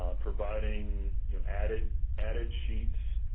providing added added sheets